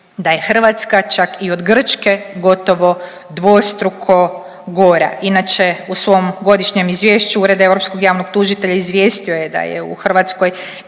da je Hrvatska čak i od Grčke gotovo dvostruko gora. Inače u svom godišnjem izvješću Ured europskog javnog tužitelja izvijestio je da je u Hrvatskoj